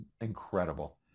incredible